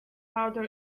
powder